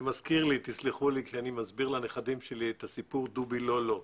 זה מזכיר לי תסלחו לי כשאני מסביר לנכדים שלי את הסיפור דובי לא לא.